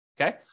Okay